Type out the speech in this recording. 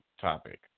topic